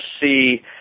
see